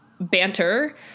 banter